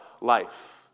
life